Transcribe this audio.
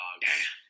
dogs